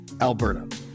Alberta